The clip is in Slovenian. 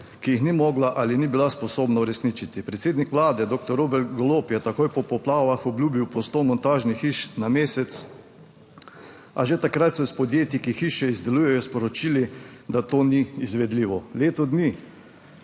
ki jih ni mogla ali ni bila sposobna uresničiti. Predsednik Vlade doktor Robert Golob je takoj po poplavah obljubil po sto montažnih hiš na mesec, a že takrat so iz podjetij, ki hiše izdelujejo, sporočili, da to ni izvedljivo. Leto dni